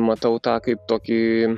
matau tą kaip tokį